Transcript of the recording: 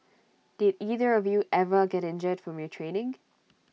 did either of you ever get injured from your training